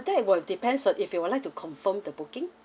that will depends on if you will like to confirm the booking